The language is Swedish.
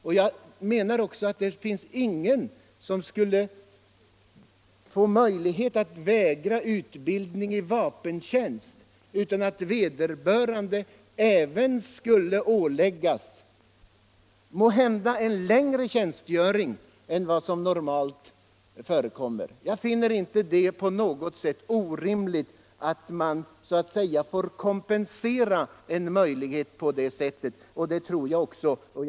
Måhända borde ingen få möjlighet att vägra utbildning i vapentjänst utan att åläggas längre tjänstgöring än vad som normalt förekommer. Jag finner det inte på något sätt orimligt att man så att säga får kompensera möjligheten till vapenfri tjänst på det sättet.